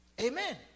amen